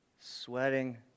Sweating